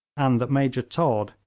and that major todd,